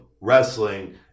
wrestling